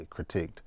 critiqued